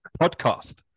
Podcast